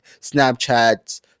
Snapchats